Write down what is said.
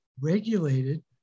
regulated